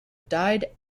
died